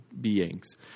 beings